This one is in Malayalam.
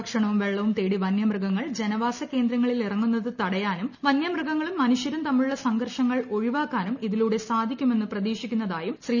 ഭക്ഷണവും വെള്ളവും തേടി വന്യമൃഗങ്ങൾ ജനവാസ കേന്ദ്രങ്ങളിൽ ഇറങ്ങുന്നത് തടയാനും വന്യമൃഗങ്ങളും മനുഷ്യരും തമ്മിലുള്ള സംഘർഷങ്ങൾ ഒഴിവാക്കാനും ഇതിലൂടെ സാധിക്കുമെന്ന് പ്രതീക്ഷിക്കുന്നതായും ശ്രീ